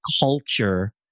culture